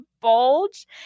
bulge